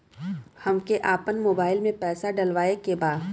हम आपन मोबाइल में पैसा डलवावे के बा?